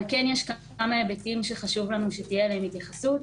אבל יש כמה היבטים שחשוב לנו שתהיה התייחסות אליהם.